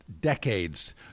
decades